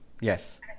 Yes